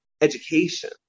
education